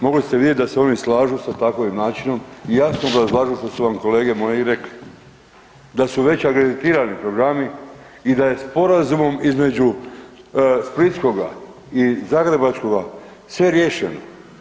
Mogli ste vidjet da se oni slažu s takvim načinom i jasno obrazlažu, što su vam kolege moji i rekli, da su već akreditirani programi i da se sporazumom između splitskoga i zagrebačkoga sve riješeno.